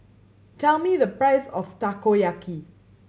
tell me the price of Takoyaki